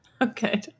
Okay